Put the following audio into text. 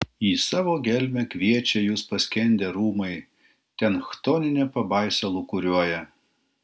į savo gelmę kviečia jus paskendę rūmai ten chtoninė pabaisa lūkuriuoja